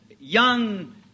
young